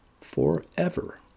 forever